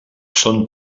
són